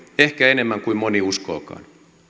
ehkä enemmän kuin moni uskookaan